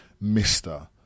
mister